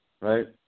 right